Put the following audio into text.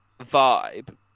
vibe